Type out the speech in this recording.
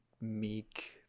meek